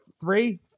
three